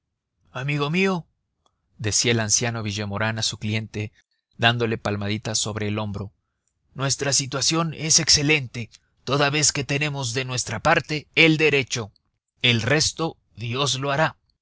francesa amigo mío decía el anciano villemaurin a su cliente dándole palmaditas sobre el hombro nuestra situación es excelente toda vez que tenemos de nuestra parte el derecho el resto dios lo hará